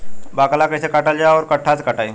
बाकला कईसे काटल जाई औरो कट्ठा से कटाई?